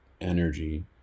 energy